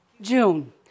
June